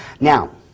Now